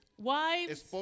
wives